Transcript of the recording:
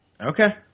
Okay